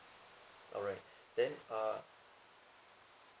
alright then uh